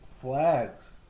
flags